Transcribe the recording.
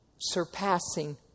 surpassing